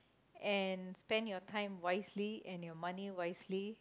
and spend your time wisely and your money wisely